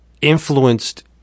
influenced